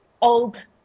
old